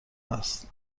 است